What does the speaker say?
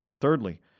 Thirdly